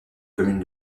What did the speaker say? commune